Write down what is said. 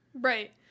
Right